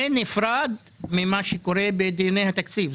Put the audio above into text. בנפרד ממה שקורה בדיוני התקציב.